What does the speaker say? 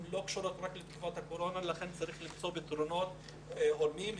קשורות רק לתקופת הקורונה וצריך למצוא פתרונות הולמים.